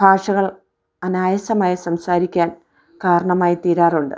ഭാഷകൾ അനായാസമായി സംസാരിക്കാൻ കാരണമായിത്തീരാറുണ്ട്